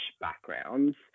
backgrounds